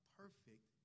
perfect